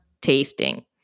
tasting